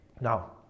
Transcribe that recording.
Now